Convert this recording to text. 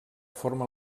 forma